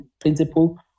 principle